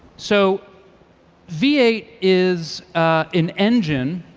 so v eight is an engine,